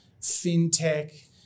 fintech